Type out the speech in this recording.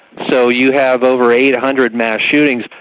so you have over eight hundred mass shootings.